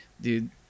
dude